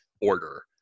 order